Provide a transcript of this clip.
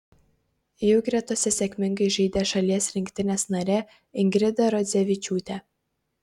jų gretose sėkmingai žaidė šalies rinktinės narė ingrida rodzevičiūtė